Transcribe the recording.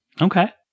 Okay